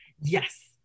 Yes